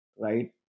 right